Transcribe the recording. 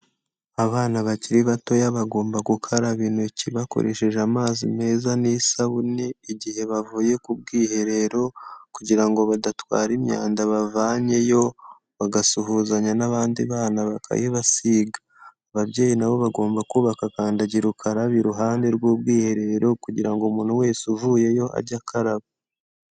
Abana bakiri batoya bagomba gukaraba intoki bakoresheje amazi meza n'isabune, igihe bavuye ku bwiherero, kugira ngo badatwara imyanda bavanyeyo, bagasuhuzanya n'abandi bana bakayibasiga. Ababyeyi nabo bagomba kubaka kandagira ukaraba iruhande rw'ubwiherero, kugira ngo umuntu wese uvuyeyo ajye akaraba.